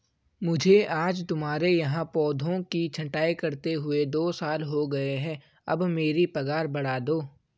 मुझे आज तुम्हारे यहाँ पौधों की छंटाई करते हुए दो साल हो गए है अब मेरी पगार बढ़ा दो